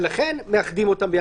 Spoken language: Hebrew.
ולכן מאחדים אותם ביחד.